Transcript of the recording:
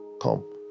Come